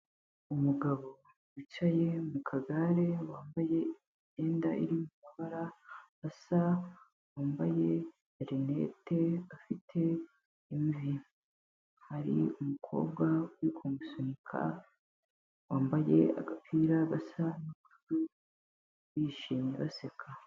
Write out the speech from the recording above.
Umugabo wicaye mu kagare wambaye imyenda iri mu mabara asa, wambaye rinete afite imvi, hari umukobwa uri kumusunika wambaye agapira gasa n'ubururu bishimye, baseka.